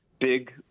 big